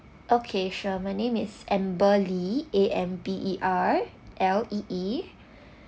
okay sure my name is amber lee A M B E R L E E